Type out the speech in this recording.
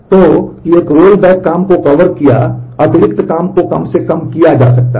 तो कि एक रोलबैक काम को कवर किया अतिरिक्त काम को कम से कम किया जा सकता है